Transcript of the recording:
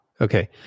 Okay